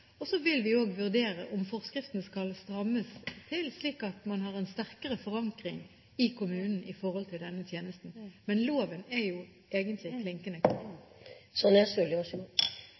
og så vil vi også vurdere om forskriftene skal strammes til, slik at man har en sterkere forankring i kommunen i forhold til denne tjenesten. Men loven er egentlig